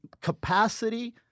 capacity